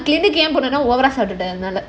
over ah சாப்டுட்டேன் அதனால:saaptutaen adhunaala